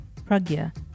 Pragya